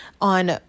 on